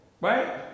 Right